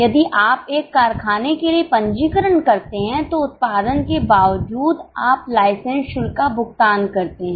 यदि आप एक कारखाने के लिए पंजीकरण करते हैं तो उत्पादन के बावजूद आप लाइसेंस शुल्क का भुगतान करते हैं